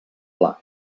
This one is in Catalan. pla